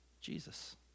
Jesus